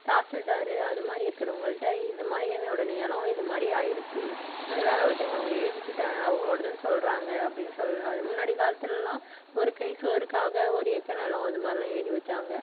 தாசில்தார் அது மாதிரி இருக்கிறவங்கள்ட்ட இது மாதிரி என்னோட நிலம் இது மாதிரி ஆகிடுச்சி இது மாதிரி வேறு ஒருத்தவங்க அவங்க எழுதிக்கிட்டாங்க அவங்களோடதுனு சொல்கிறாங்க அப்படின் சொல் அது முன்னாடி காலத்திலலாம் ஒரு கை சோறுக்காக ஒரு ஏக்கர் நிலம் அது மாதிரிலாம் எழுதி வைச்சாங்க